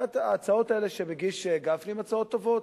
ההצעות האלה שמגיש גפני הן הצעות טובות,